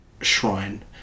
shrine